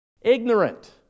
Ignorant